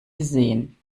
gesehen